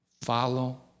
follow